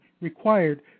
required